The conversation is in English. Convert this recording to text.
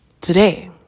today